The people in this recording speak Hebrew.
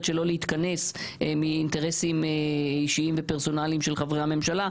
שלא להתכנס מאינטרסים אישיים ופרסונליים של חברי הממשלה,